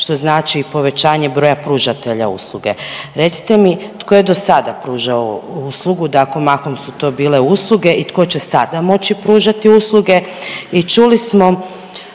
što znači i povećanje broja pružatelja usluge. Recite mi, tko je do sada pružao uslugu, dakle mahom su to bile usluge i tko će sada moći pružati usluge i čuli smo